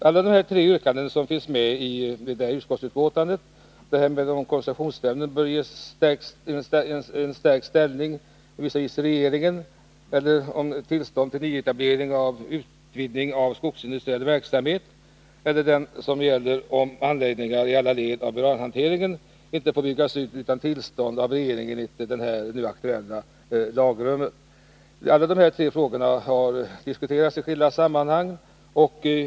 Alla de tre yrkanden som finns med i betänkandet — att koncessionsnämnden skall ges en stark ställning visavi regeringen, att tillstånd till nyetablering och utvidgning av skogsindustriell verksamhet inte skall förutsätta att sökandens förbrukning av råvara inte ökar och att anläggningar i alla led av uranhanteringen inte skall få byggas utan tillstånd av regeringen — har diskuterats i skilda sammanhang.